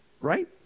right